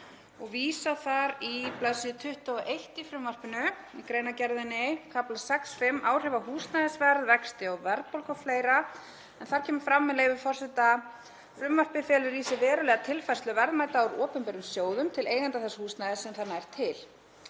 og vísa þar í bls. 21 í frumvarpinu, í greinargerðina í kafla 6.5, Áhrif á húsnæðisverð, vexti, verðbólgu o.fl., en þar kemur fram, með leyfi forseta: „Frumvarpið felur í sér verulega tilfærslu verðmæta úr opinberum sjóðum til eigenda þess húsnæðis sem það nær til.